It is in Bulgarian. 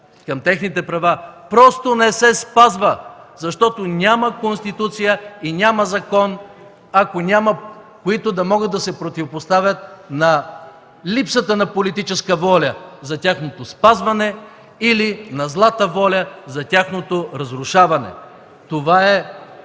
към техните права, просто не се спазва, защото няма Конституция и няма закон, които да могат да се противопоставят на липсата на политическа воля за тяхното спазване, или на злата воля за тяхното разрушаване. Това е